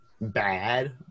bad